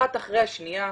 אחת אחרי השניה,